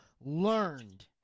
learned